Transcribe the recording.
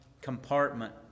compartment